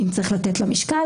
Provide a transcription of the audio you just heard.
אם צריך לתת לה שתיקה,